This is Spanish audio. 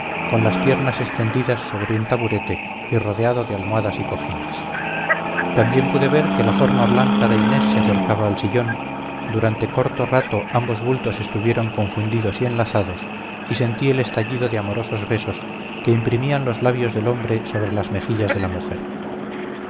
con las piernas extendidas sobre un taburete y rodeado de almohadas y cojines también pude ver que la forma blanca de inés se acercaba al sillón durante corto rato ambos bultos estuvieron confundidos y enlazados y sentí el estallido de amorosos besos que imprimían los labios del hombre sobre las mejillas de la mujer